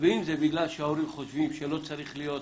ואם זה בגלל שההורים חושבים שלא צריך להיות